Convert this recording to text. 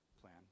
plan